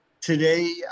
Today